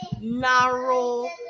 narrow